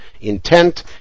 Intent